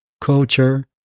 culture